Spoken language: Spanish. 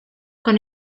con